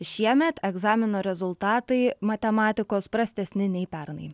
šiemet egzamino rezultatai matematikos prastesni nei pernai